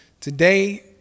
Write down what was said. today